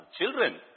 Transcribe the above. Children